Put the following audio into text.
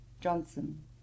Johnson